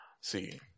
See